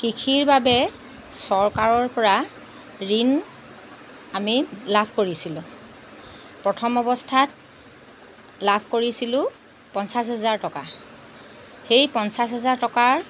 কৃষিৰ বাবে চৰকাৰৰ পৰা ঋণ আমি লাভ কৰিছিলোঁ প্ৰথম অৱস্থাত লাভ কৰিছিলোঁ পঞ্চাছ হেজাৰ টকা সেই পঞ্চাছ হেজাৰ টকাৰ